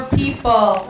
people